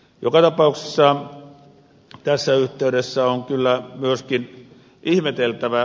joka tapauksessa tässä yhteydessä on kyllä myöskin ihmeteltävä